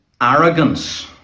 arrogance